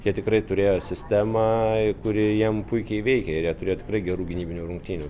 jie tikrai turėjo sistemą kuri jiem puikiai veikė ir jie turėjo tikrai gerų gynybinių rungtynių